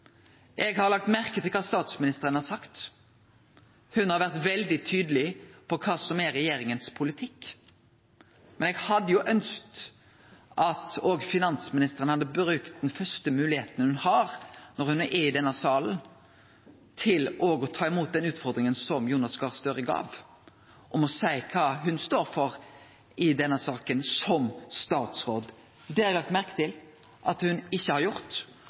Eg har lagt merke til kva statsministeren har sagt. Ho har vore veldig tydeleg på kva som er regjeringa sin politikk, men eg hadde ønskt at òg finansministeren hadde brukt den første moglegheita ho har, når ho er i denne salen, til å ta imot utfordringa frå Jonas Gahr Støre om å seie kva ho står for i denne saka som statsråd. Det har eg lagt merke til at ho ikkje har gjort,